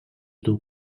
dur